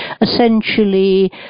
Essentially